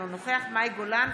אינו נוכח מאי גולן,